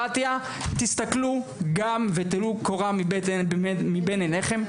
דמוקרטיה תסתכלו גם ותלו קורה מבין עינכם.